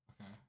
Okay